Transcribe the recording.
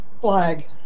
flag